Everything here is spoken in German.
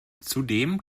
zudem